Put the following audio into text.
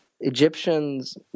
Egyptians